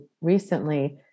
recently